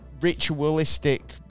ritualistic